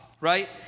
right